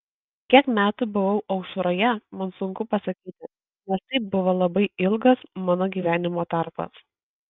kiek metų buvau aušroje man sunku pasakyti nes tai buvo labai ilgas mano gyvenimo tarpas